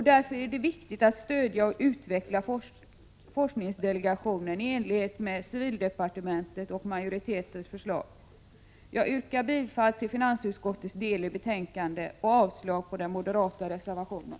Därför är det viktigt att stödja och utveckla forskningsdelegationen i enlighet med civildepartementets och majoritetens förslag. Jag yrkar bifall till hemställan i finansutskottets del i betänkandet och avslag på den moderata reservationen.